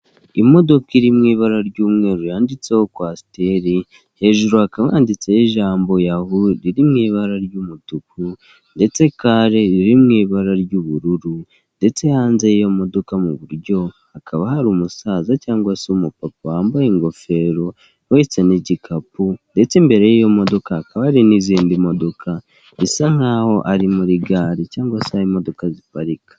Imodoka iri mu ibara ry'umweru yanditseho kwasiteri hejuru hakaba handitseho ijambo yahu biri mu ibara ry'umutuku ndetse car biri mu ibara ry'ubururu ndetse hanze yiyo modoka mu iburyo hari umusaza cyangwa umupapa wambaye ingofero uhetse n'igikapu ndetse imbere yiyo modoka hakaba hari n'izindi modoka bisa naho ari muri gare cyangwa aho imodoka ziparika.